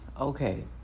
okay